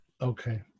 Okay